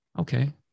Okay